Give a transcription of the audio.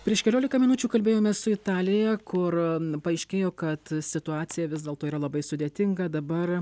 prieš keliolika minučių kalbėjomės su italija kur paaiškėjo kad situacija vis dėlto yra labai sudėtinga dabar